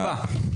ברוך הבא.